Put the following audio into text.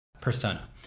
persona